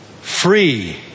free